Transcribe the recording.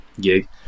gig